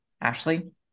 Ashley